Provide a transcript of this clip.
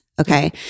okay